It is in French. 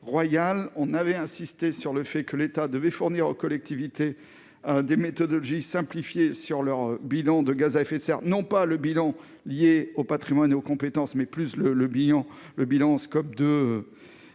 la loi Royal, sur la nécessité pour l'État de fournir aux collectivités des méthodologies simplifiées sur leur bilan de gaz à effet de serre- non pas celui qui est lié au patrimoine et aux compétences, mais plutôt le bilan Scope 2